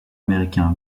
américain